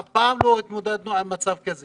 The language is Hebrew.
אף פעם לא התמודדנו עם מצב כזה